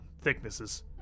thicknesses